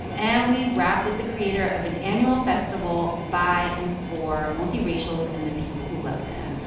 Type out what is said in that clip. and we wrap with the creator of an annual festival by and for multiracials and the people who love them.